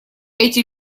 эти